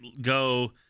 go